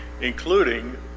including